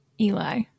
Eli